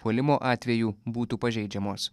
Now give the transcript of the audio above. puolimo atveju būtų pažeidžiamos